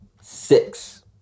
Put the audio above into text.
Six